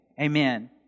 Amen